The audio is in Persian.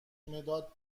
مداد